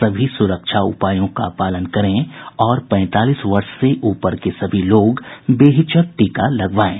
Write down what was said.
सभी सुरक्षा उपायों का पालन करें और पैंतालीस वर्ष से ऊपर के सभी लोग बेहिचक टीका लगवाएं